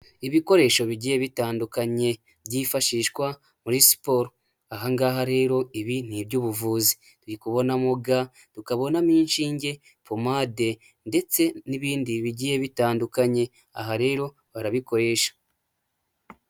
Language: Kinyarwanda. Ibikoresho bigiye bitandukanye byifashishwa muri siporo, aha ngaha rero ibi ni iby'ubuvuzi turikubonamo ga, tukabonamo inshinge pomade ndetse n'ibindi bigiye bitandukanye aha rero barabikoresha.